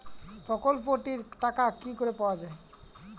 প্রকল্পটি র টাকা কি করে পাওয়া যাবে?